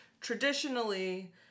traditionally